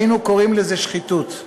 היינו קוראים לזה שחיתות.